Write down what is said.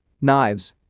knives